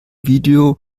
video